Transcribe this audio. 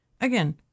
Again